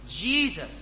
Jesus